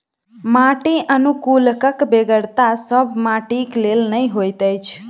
माटि अनुकुलकक बेगरता सभ माटिक लेल नै होइत छै